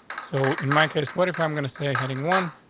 so in my case, what if i'm going to say heading one